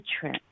Trip